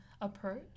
approach